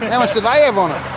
how much did they have on it?